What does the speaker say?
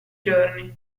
giorni